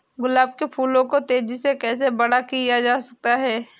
गुलाब के फूलों को तेजी से कैसे बड़ा किया जा सकता है?